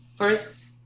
first